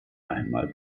einmal